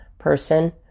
person